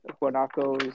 guanacos